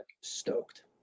stoked